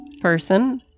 person